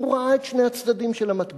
הוא ראה את שני הצדדים של המטבע,